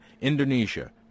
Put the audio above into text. Indonesia